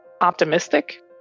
optimistic